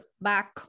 back